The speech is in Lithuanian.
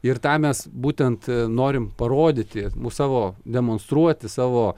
ir tą mes būtent norim parodyti savo demonstruoti savo